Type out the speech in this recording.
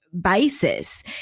basis